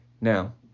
Now